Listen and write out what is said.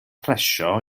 plesio